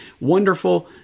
wonderful